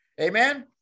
amen